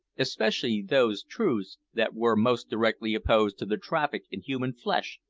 especially those truths that were most directly opposed to the traffic in human flesh,